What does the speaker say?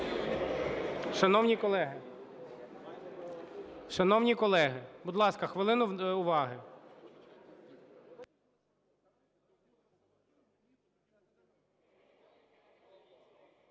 шановні колеги, будь ласка, хвилину уваги!